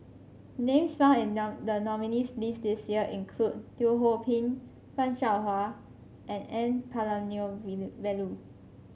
names found in the the nominees' list this year include Teo Ho Pin Fan Shao Hua and N Palanivelu